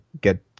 get